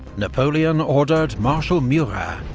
napoleon ordered marshal murat,